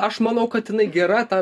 aš manau kad jinai gera tą